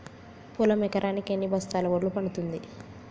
పొలం ఎకరాకి ఎన్ని బస్తాల వడ్లు పండుతుంది?